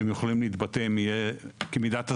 אתם יכולים להתבטא כמידת הזמן.